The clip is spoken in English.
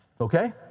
Okay